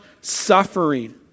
suffering